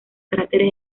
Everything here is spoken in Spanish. cráteres